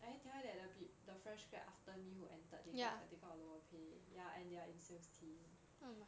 I didn't tell you that pe~ the fresh grad after me who entered they got they got a lower pay ya and they are in sales team